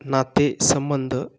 नाते संबंध